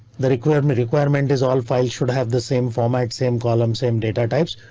the requirement requirement is all files should have the same format, same column, same data types.